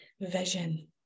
Vision